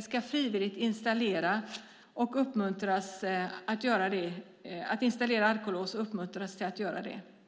ska frivilligt installera alkolås och uppmuntras att göra det.